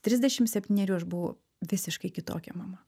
trisdešim septynerių aš buvau visiškai kitokia mama